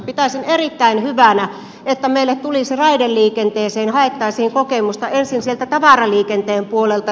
pitäisin erittäin hyvänä että meille raideliikenteeseen haettaisiin kokemusta ensin sieltä tavaraliikenteen puolelta